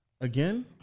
Again